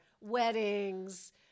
Weddings